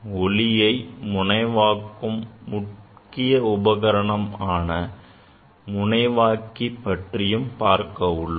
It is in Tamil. ஒளியை முனைவாக்கும் முக்கிய உபகரணமான முனைவாக்கி பற்றியும் பார்க்க உள்ளோம்